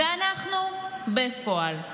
בְּפועל.